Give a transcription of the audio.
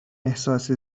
احساس